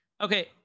Okay